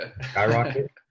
skyrocket